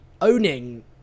owning